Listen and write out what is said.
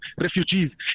refugees